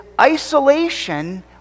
isolation